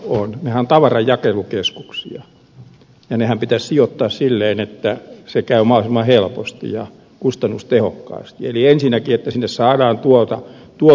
nehän ovat tavaran jakelukeskuksia ja nehän pitäisi sijoittaa sillä lailla että tavaran jakelu käy mahdollisimman helposti ja kustannustehokkaasti eli että niihin saadaan ensinnäkin tuotua tavaroita